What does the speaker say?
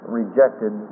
rejected